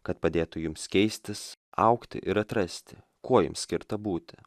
kad padėtų jums keistis augti ir atrasti kuo jums skirta būti